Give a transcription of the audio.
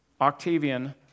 Octavian